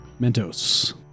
Mentos